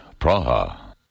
Praha